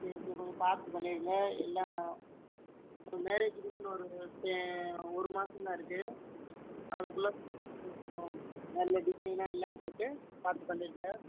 சரி சரி கொஞ்சம் பார்த்து பண்ணிவிடுங்க எல்லா மேரேஜ்க்கு வந்து இன்னொரு ஒரு மாசம் தான் இருக்கு அதுக்குள்ளே நல்ல டிசைன்னா எல்லாம் போட்டு பார்த்து பண்ணிவிடுங்க